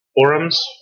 forums